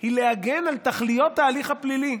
היא להגן על תכליות ההליך הפלילי.